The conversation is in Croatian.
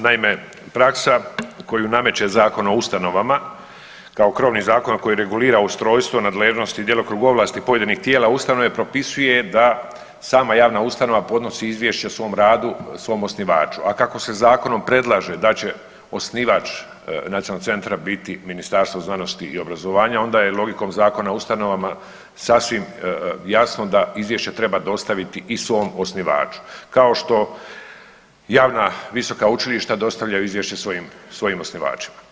Naime, praksa koju nameće Zakon o ustanovama kao krovni zakon koji regulira ustrojstvo, nadležnost i djelokrug ovlasti pojedinih tijela Ustav ne propisuje da sama javna ustanova podnosi izvješće o svom radu svom osnivaču, a kako se zakonom predlaže da će osnivač nacionalnog centra biti Ministarstvo znanosti i obrazovanja onda je logikom Zakona o ustanovama sasvim jasno da izvješće treba dostaviti i svom osnivaču, kao što javna visoka učilišta dostavljaju izvješća svojim osnivačima.